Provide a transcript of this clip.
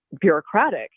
bureaucratic